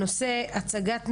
הנושא הוא הצגת מגמות,